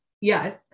Yes